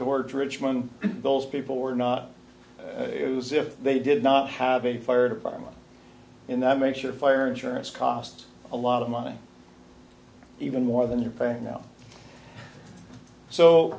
towards richmond those people were not use if they did not have a fire department in that make sure fire insurance costs a lot of money even more than you're paying now so